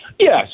Yes